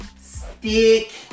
stick